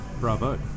Bravo